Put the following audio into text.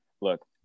look